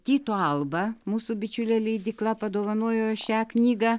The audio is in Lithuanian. tyto alba mūsų bičiulė leidykla padovanojo šią knygą